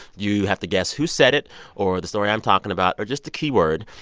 you have to guess who said it or the story i'm talking about or just a keyword.